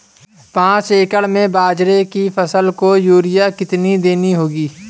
पांच एकड़ में बाजरे की फसल को यूरिया कितनी देनी होगी?